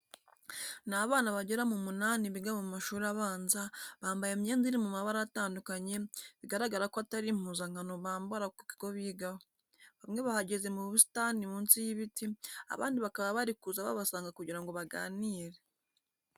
Ni abana bagera mu munani biga mu mashuri abanza, bambaye imyenda iri mu mabara atandukanye bigaragara ko atari impuzankano bambara ku kigo bigaho, bamwe bahagaze mu busitani munsi y'ibiti, abandi bakaba bari kuza babasanga kugira ngo baganire.